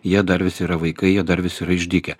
jie dar vis yra vaikai jie dar vis yra išdykę